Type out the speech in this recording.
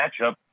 matchup